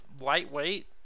lightweight